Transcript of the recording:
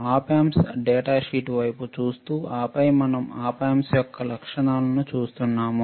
Op Amp data sheet వైపు చూస్తూ ఆపై మనం Op Amp యొక్క లక్షణాలను చూస్తున్నాము